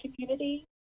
community